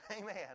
Amen